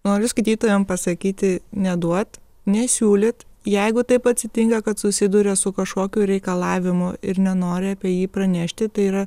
noriu skaitytojam pasakyti neduot nesiūlyt jeigu taip atsitinka kad susiduria su kažkokiu reikalavimu ir nenori apie jį pranešti tai yra